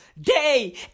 day